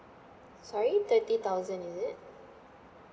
sorry thirty thousand is it